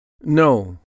No